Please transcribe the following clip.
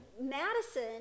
madison